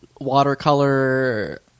watercolor